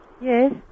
Yes